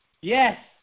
yes